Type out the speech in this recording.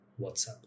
WhatsApp